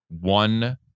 one